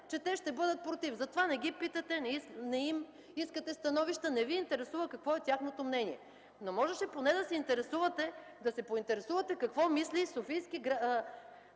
че те ще бъдат против, затова не ги питате, не им искате становище, не Ви интересува тяхното мнение. Трябваше обаче поне да се поинтересувате какво мисли Софийският районен